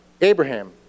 Abraham